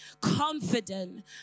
Confident